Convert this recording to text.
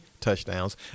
touchdowns